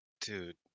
Dude